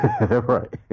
right